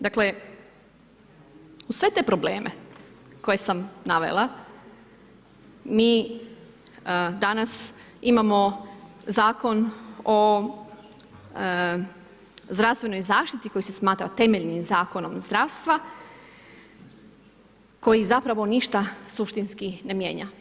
Dakle, uz sve te probleme koje sam navela, mi danas imamo zakon o zdravstvenoj zaštiti koji se smatra temeljnim zakonom zdravstva, koji zapravo ništa suštinski ne mijenja.